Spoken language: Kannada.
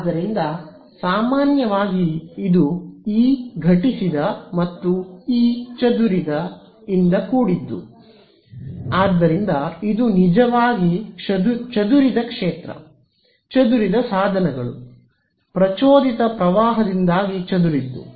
ಆದ್ದರಿಂದ ಸಾಮಾನ್ಯವಾಗಿ ಇದು ಇ ಘಟಿಸಿದ ಮತ್ತು ಇ ಚದುರಿದ ಇಂದ ಕೂಡಿದ್ದು ಆದ್ದರಿಂದ ಇದು ನಿಜವಾಗಿ ಚದುರಿದ ಕ್ಷೇತ್ರ ಚದುರಿದ ಸಾಧನಗಳು ಪ್ರಚೋದಿತ ಪ್ರವಾಹದಿಂದಾಗಿ ಚದುರಿದ್ದು